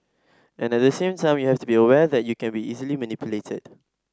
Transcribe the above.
and at the same time you have to be aware that you can be easily manipulated